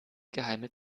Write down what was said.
geheime